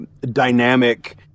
dynamic